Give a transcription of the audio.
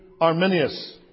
Arminius